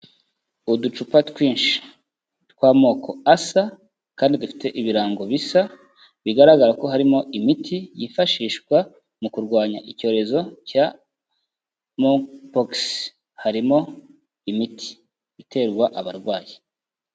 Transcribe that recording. Uducupa twinshi tw'amoko asa kandi dufite ibirango bisa, bigaragara ko harimo imiti yifashishwa mu kurwanya icyorezo cya Monkeypox, harimo imiti iterwa abarwayi.